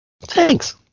Thanks